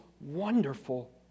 wonderful